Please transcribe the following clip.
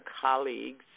colleagues